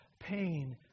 pain